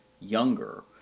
younger